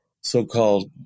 so-called